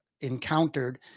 encountered